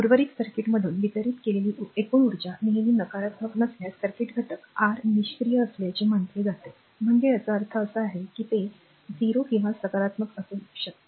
उर्वरित सर्किटमधून वितरित केलेली एकूण उर्जा नेहमी नकारात्मक नसल्यास सर्किट घटक आर निष्क्रीय असल्याचे म्हटले जाते म्हणजे याचा अर्थ असा आहे की ते 0 किंवा सकारात्मक असू शकते